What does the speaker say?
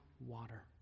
Water